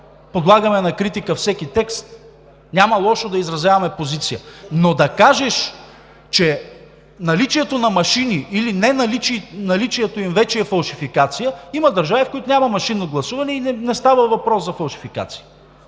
подлагаме на критика всеки текст, няма лошо да изразяваме позиция, но да кажеш, че наличието на машини или неналичието им вече е фалшификация – има държави, в които няма машинно гласуване и не става въпрос за фалшификация.